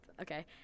Okay